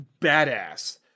badass